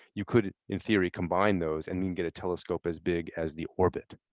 you could in theory combine those and then get a telescope as big as the orbit.